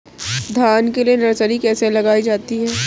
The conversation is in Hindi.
धान के लिए नर्सरी कैसे लगाई जाती है?